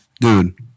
Dude